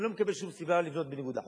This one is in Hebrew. ואני לא מקבל שום סיבה לבנות בניגוד לחוק,